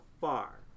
far